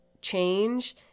change